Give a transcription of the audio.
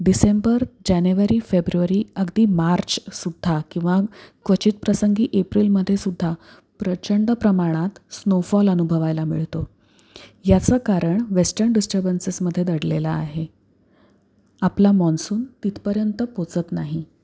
डिसेंबर जानेवारी फेब्रुवारी अगदी मार्चसुद्धा किंवा क्वचितप्रसंगी एप्रिलमध्ये सुद्धा प्रचंड प्रमाणात स्नोफॉल अनुभवायला मिळतो याचं कारण वॅस्टर्न डिस्टर्बन्सेसमध्ये दडलेलं आहे आपला मॉन्सून तिथपर्यंत पोचत नाही